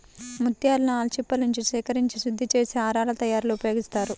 ముత్యాలను ఆల్చిప్పలనుంచి సేకరించి శుద్ధి చేసి హారాల తయారీలో ఉపయోగిస్తారు